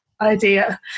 idea